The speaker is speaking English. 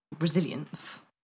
resilience